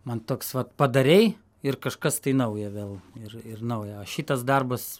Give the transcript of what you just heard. man toks vat padarei ir kažkas tai nauja vėl ir ir naujo a šitas darbas